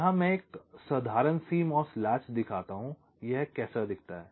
यहाँ मैं एक साधारण CMOS लैच दिखाता हूँ यह कैसा दिखता है